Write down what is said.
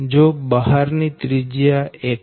જો બહાર ની ત્રિજ્યા 1